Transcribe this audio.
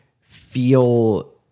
feel